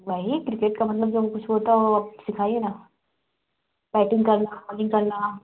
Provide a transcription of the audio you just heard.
वही क्रिकेट का मतलब जो कुछ होता हो आप सिखाइए ना बैटिंग करना बॉलिंग करना